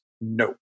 no